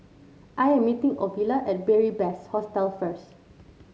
I am meeting Ovila at Beary Best Hostel first